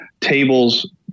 tables